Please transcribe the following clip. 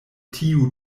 tiu